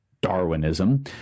Darwinism